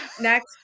next